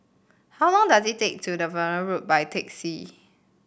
how long does it take to Vaughan Road by taxi